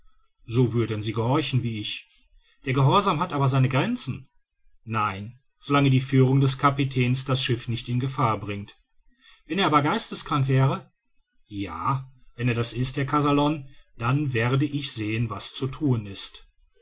so würden sie gehorchen wie ich der gehorsam hat aber seine grenzen nein so lange die führung des kapitäns das schiff nicht in gefahr bringt wenn er aber geisteskrank wäre ja wenn er das ist herr kazallon dann werde ich sehen was zu thun ist